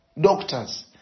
doctors